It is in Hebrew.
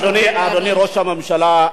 אדוני ראש הממשלה,